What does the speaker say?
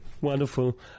Wonderful